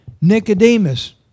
Nicodemus